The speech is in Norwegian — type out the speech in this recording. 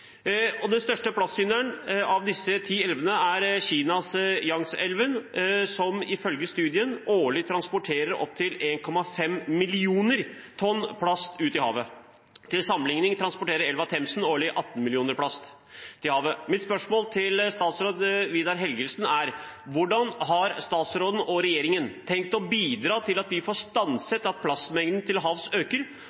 Den største plastsynderen av disse ti elvene er Kinas Yangtze-elven, som ifølge studien årlig transporterer opptil 1,5 millioner tonn plast ut i havet. Til sammenligning transporterer elva Themsen årlig 18 tonn plast ut i havet. Mitt spørsmål til statsråd Vidar Helgesen er: Hvordan har statsråden og regjeringen tenkt å bidra til at vi får